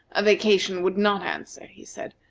a vacation would not answer, he said.